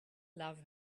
love